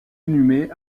inhumé